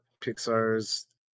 Pixar's